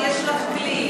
אני רק אומרת שיש לך כלי,